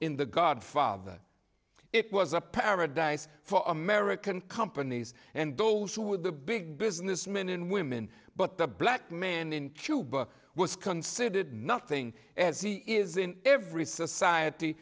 in the godfather it was a paradise for american companies and those who were the big business men and women but the black man in cuba was considered nothing as he is in every society